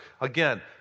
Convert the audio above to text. Again